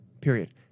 period